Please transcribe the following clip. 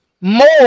more